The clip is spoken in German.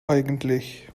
eigentlich